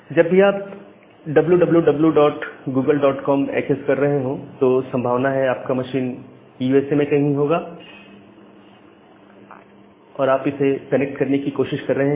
जब भी आप W W W dot Google dot com wwwgooglecom access कर रहे हो तो संभवत है आपका मशीन यूएसए में कहीं होगा और आप इसे कनेक्ट करने की कोशिश कर रहे हैं